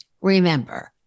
Remember